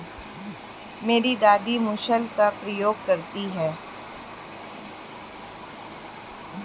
मेरी दादी मूसल का प्रयोग करती हैं